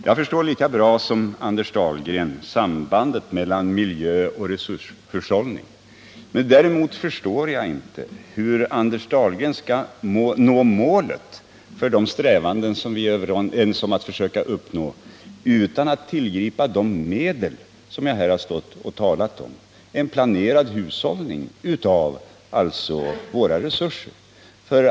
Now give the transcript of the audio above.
Jag förstår lika bra som Anders Dahlgren sambandet mellan miljön och resurshushållningen, men däremot förstår jag inte hur Anders Dahlgren skall nå det mål som vi är överens om att försöka uppnå utan att tillgripa de medel som jag har talat om här — en planerad hushållning av våra resurser.